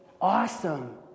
awesome